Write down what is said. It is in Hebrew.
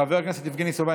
חבר הכנסת יבגני סובה,